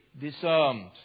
disarmed